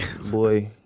Boy